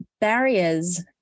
barriers